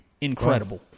Incredible